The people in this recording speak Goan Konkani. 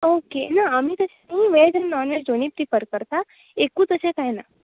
ओके ना आमी तशें आमी वेज आनी नॉन वेज दोनूय प्रिफर करता एकूच अशें काय ना